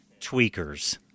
tweakers